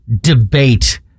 debate